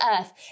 earth